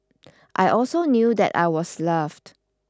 I also knew that I was loved